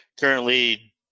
currently